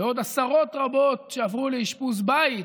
ועוד עשרות רבות עברו לאשפוז בבית,